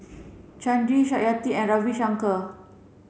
Chandi Satyajit and Ravi Shankar